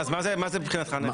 מה זה מבחינתך נכס מתחלף?